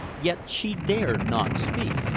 yet she dared not speak.